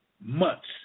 months